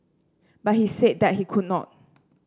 but he said that he could not